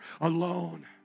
alone